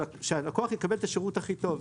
ושהלקוח יקבל את השירות הכי טוב.